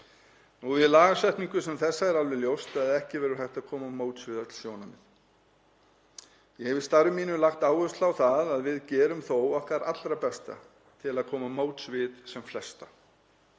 Við lagasetningu sem þessa er alveg ljóst að ekki verður hægt að koma til móts við öll sjónarmið. Ég hef í starfi mínu lagt áherslu á það að við gerum þó okkar allra besta til að koma til móts við sem flesta.